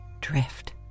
drift